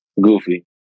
goofy